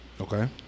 Okay